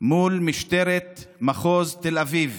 מול משטרת מחוז תל אביב